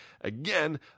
Again